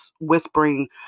whispering